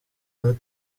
muri